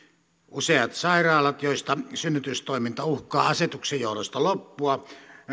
useat sairaalat joista synnytystoiminta uhkaa asetuksen johdosta loppua